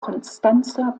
konstanzer